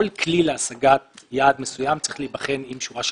כל כלי להשגת יעד מסוים צריך להיבחן עם שורה של